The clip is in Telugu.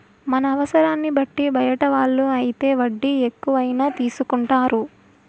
మన అవసరాన్ని బట్టి బయట వాళ్ళు అయితే వడ్డీ ఎక్కువైనా తీసుకుంటారు